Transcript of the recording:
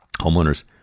Homeowners